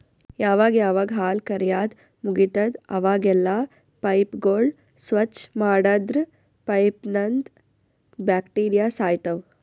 ಯಾವಾಗ್ ಯಾವಾಗ್ ಹಾಲ್ ಕರ್ಯಾದ್ ಮುಗಿತದ್ ಅವಾಗೆಲ್ಲಾ ಪೈಪ್ಗೋಳ್ ಸ್ವಚ್ಚ್ ಮಾಡದ್ರ್ ಪೈಪ್ನಂದ್ ಬ್ಯಾಕ್ಟೀರಿಯಾ ಸಾಯ್ತವ್